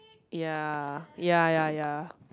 ya ya ya ya ya